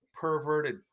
perverted